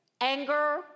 anger